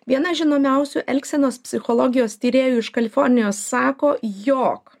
viena žinomiausių elgsenos psichologijos tyrėjų iš kalifornijos sako jog